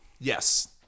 Yes